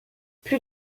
plus